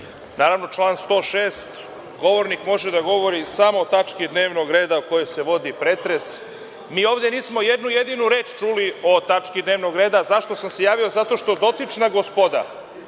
Član 106. – govornik može da govori samo o tački dnevnog reda o kojoj se vodi pretres. Mi ovde nismo jednu jedinu reč čuli o tački dnevnog reda. Zašto sam se javio? Zato što dotična gospoda